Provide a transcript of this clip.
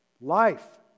Life